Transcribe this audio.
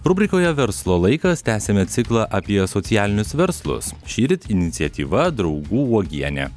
rubrikoje verslo laikas tęsiame ciklą apie socialinius verslus šįryt iniciatyva draugų uogienė